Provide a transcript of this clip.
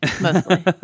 mostly